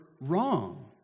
wrong